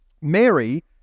Mary